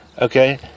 Okay